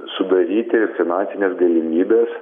sudaryti finansines galimybes